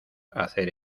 hacer